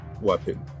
weapon